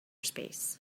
space